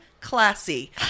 Classy